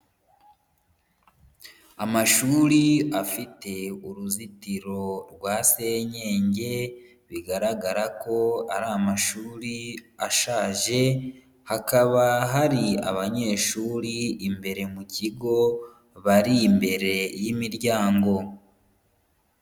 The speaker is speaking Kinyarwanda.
Amashuri afite uruzitiro rwa senyenge, bigaragara ko ari amashuri ashaje, hakaba hari abanyeshuri imbere mu kigo bari imbere y'imiryango.